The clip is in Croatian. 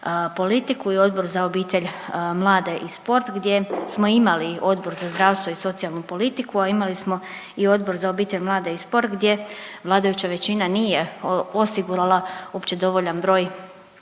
politiku i Odbor za obitelj, mlade i sport gdje smo imali Odbor za zdravstvo i socijalnu politiku, a imali smo i Odbor za obitelj, mlade i sport gdje vladajuća većina nije osigurala uopće dovoljan broj